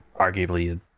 arguably